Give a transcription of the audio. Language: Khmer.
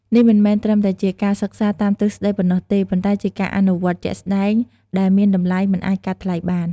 នេះមិនមែនត្រឹមតែជាការសិក្សាតាមទ្រឹស្តីប៉ុណ្ណោះទេ ប៉ុន្តែជាការអនុវត្តជាក់ស្តែង ដែលមានតម្លៃមិនអាចកាត់ថ្លៃបាន។